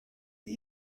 die